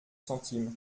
centimes